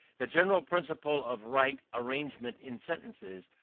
the general principle of right arrangement in sentences,